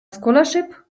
scholarship